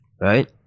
right